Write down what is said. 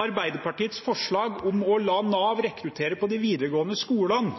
Arbeiderpartiets forslag om å la Nav rekruttere på de videregående skolene: